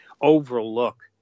overlook